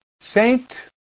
Saint